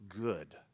good